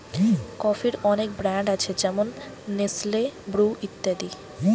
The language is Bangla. কফির অনেক ব্র্যান্ড আছে যেমন নেসলে, ব্রু ইত্যাদি